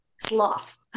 sloth